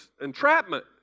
entrapment